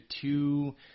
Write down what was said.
two